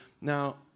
now